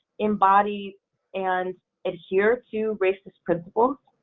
embody and adhere to racist principles,